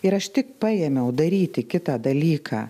ir aš tik paėmiau daryti kitą dalyką